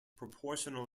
proportional